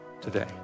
today